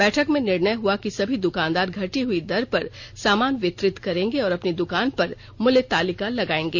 बैठक में निर्णय हुआ कि सभी दुकानदार घटी हुई दर पर सामान वितरित करेंगे और अपनी दुकान पर मूल्य तालिका लगायेंगे